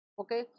Okay